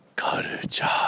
Culture